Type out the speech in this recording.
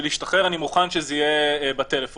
בשביל להשתחרר אני מוכן שזה יהיה בטלפון,